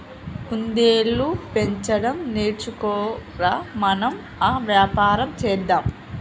కుందేళ్లు పెంచడం నేర్చుకో ర, మనం ఆ వ్యాపారం చేద్దాం